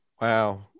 Wow